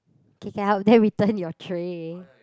okay can help then return your tray